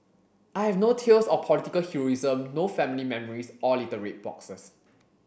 I have no tales of political heroism no family memories or little red boxes